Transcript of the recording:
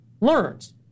learns